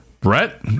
Brett